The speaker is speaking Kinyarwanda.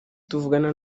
tuvugana